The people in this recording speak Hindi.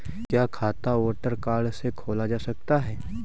क्या खाता वोटर कार्ड से खोला जा सकता है?